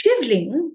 Shivling